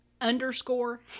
underscore